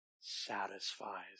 satisfies